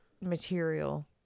material